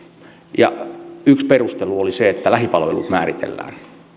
ja yksi perustelu oli se että lähipalvelut määritellään